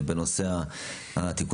אנחנו נדלג גם על סעיף (ו) של ההגדרה של "מחולל